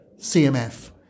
CMF